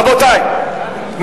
רבותי,